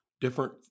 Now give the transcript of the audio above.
different